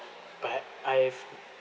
but I've